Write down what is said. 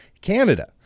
Canada